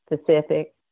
specific